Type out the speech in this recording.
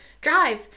drive